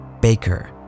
Baker